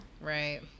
Right